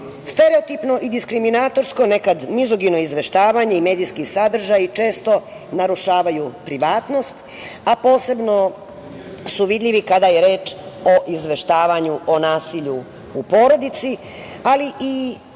Stereotipno i diskriminatorsko nekad mizogino izveštavanje i medijski sadržaji često narušavaju privatnost, a posebno su vidljivi kada je reč o izveštavanju o nasilju u porodici, ali i